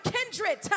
kindred